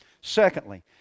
Secondly